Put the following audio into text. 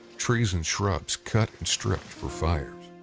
trees and shrubs cut and stripped for fires.